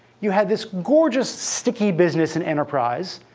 you had this gorgeous, sticky business in enterprise,